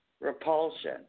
repulsion